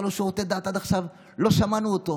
השר לשירותי דת, עד עכשיו לא שמענו אותו.